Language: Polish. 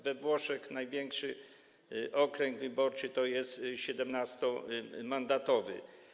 We Włoszech największy okręg wyborczy jest 17-mandatowy.